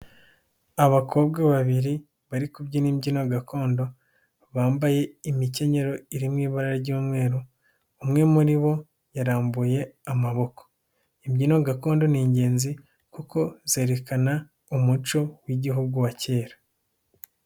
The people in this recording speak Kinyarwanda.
Abakobwa babiri bari kubyina imbyino gakondo. Bambaye imikenyero iri mu ibara ry'umweru. Umwe muri bo yarambuye amaboko. Imbyino gakondo ni ingenzi kuko zerekana umuco w'Igihugu wa kera.